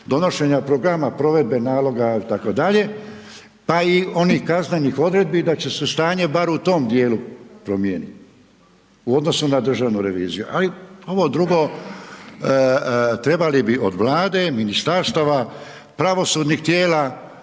donošenja programa provedbe naloga itd. pa i onih kaznenih odredbi, da će se stanje barem u tom dijelu promijeniti, u odnosu na državnu reviziju. A i ovo drugo, trebali bi od vlade, ministarstava, pravosudnih tijela,